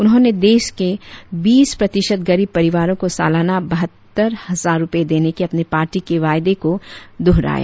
उन्होंने देश के बीस प्रतिशत गरीब परिवारों को सालाना बहत्तर हजार रुपये देने के अपनी पार्टी के वायदे को दुहराया